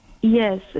yes